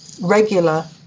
regular